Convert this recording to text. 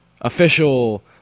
official